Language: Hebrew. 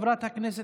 באומנות,